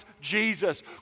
Jesus